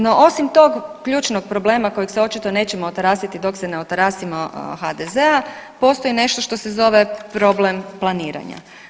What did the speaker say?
No osim tog ključnog problema kojeg se očito nećemo otarasiti dok se ne otarasimo HDZ-a postoji nešto što se zove problem planiranja.